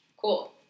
Cool